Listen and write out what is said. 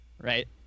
Right